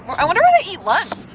i wonder where they eat lunch.